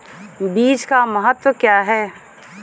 बीज का महत्व क्या है?